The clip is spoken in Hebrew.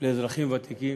לאזרחים ותיקים,